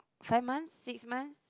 five months six months